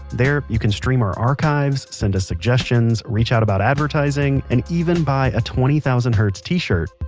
there you can stream our archives, send us suggestions, reach out about advertising, and even buy a twenty thousand hertz t-shirt.